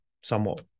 somewhat